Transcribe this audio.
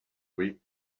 week